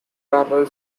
parallel